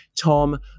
Tom